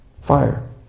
fire